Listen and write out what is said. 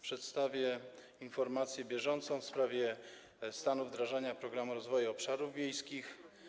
Przedstawię informację bieżącą w sprawie stanu wdrażania Programu Rozwoju Obszarów Wiejskich.